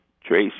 trace